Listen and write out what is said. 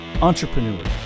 entrepreneurs